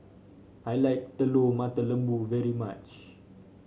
I like Telur Mata Lembu very much